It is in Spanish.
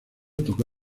tocó